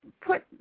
put